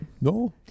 no